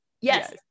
Yes